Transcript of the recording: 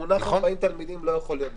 המונח "40 תלמידים" לא יכול להיות בנוסח.